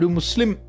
Muslim